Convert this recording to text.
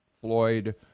Floyd